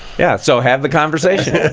yeah. so have the conversation.